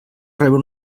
rebre